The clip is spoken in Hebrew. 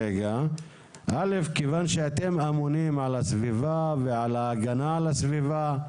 אי אפשר לבוא ולטעון את הטענה הזאת במשרד להגנת הסביבה.